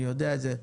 אני יודע את זה.